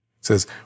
says